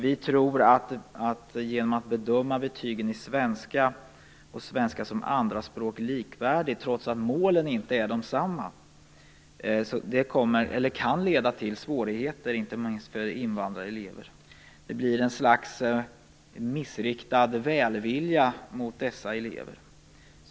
Vi tror att det kan leda till svårigheter, inte minst för invandrarelever, om man bedömer betygen i svenska och svenska som andra språk likvärdigt, trots att målen inte är desamma. Det blir ett slags missriktad välvilja mot dessa elever.